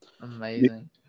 Amazing